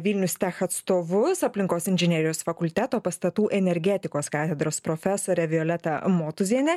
vilnius tech atstovus aplinkos inžinerijos fakulteto pastatų energetikos katedros profesorę violetą motuzienę